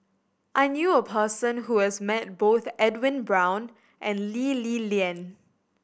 I knew a person who has met both Edwin Brown and Lee Li Lian